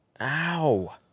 Ow